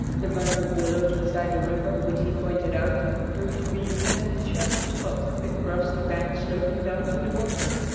the bunch of willows beside the river which he pointed out proved to be a pleasant, sheltered spot, with grassy banks sloping down to the water.